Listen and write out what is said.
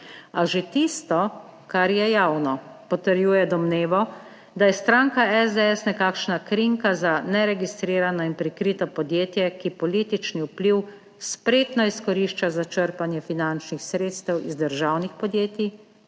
A že tisto, kar je javno, potrjuje domnevo, da je stranka SDS nekakšna krinka za neregistrirano in prikrito podjetje, ki politični vpliv spretno izkorišča za črpanje finančnih sredstev iz državnih podjetij,